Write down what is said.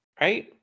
Right